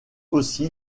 aussi